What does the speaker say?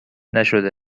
نشده